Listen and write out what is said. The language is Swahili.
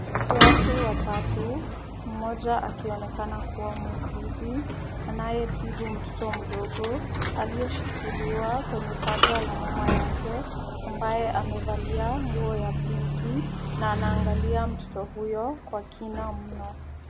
Watu watatu, mmoja akionekana kuwa muuguzi, anayetibu mtoto mdogo, aliyeshikiliwa kwenye paja la mama yake, ambaye amevalia nguo ya pinki na anaangalia mtoto huyo kwa kina mno.